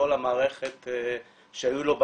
כל המערכות שהיו לו בחיים,